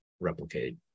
replicate